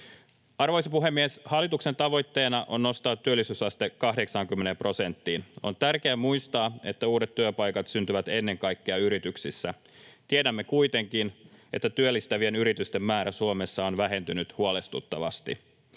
Arvoisa puhemies! Hallituksen tavoitteena on nostaa työllisyysaste 80 prosenttiin. On tärkeä muistaa, että uudet työpaikat syntyvät ennen kaikkea yrityksissä. Tiedämme kuitenkin, että työllistävien yritysten määrä Suomessa on vähentynyt huolestuttavasti.